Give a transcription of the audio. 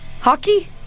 Hockey